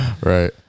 Right